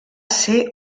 ser